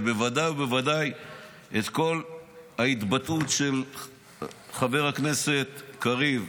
ובוודאי ובוודאי את כל ההתבטאות של חבר הכנסת קריב,